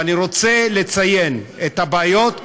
ואני רוצה לציין את הבעיות,